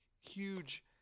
Huge